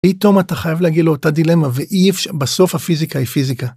פתאום אתה חייב להגיד לו אותה דילמה ואי אפש..בסוף הפיזיקה היא פיזיקה.